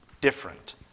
different